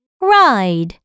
ride